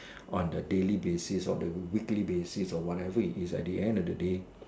on the daily basis or the weekly basis or whatever it is at the end of the day